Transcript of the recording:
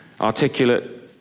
articulate